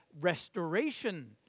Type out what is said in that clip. Restoration